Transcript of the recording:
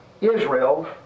Israel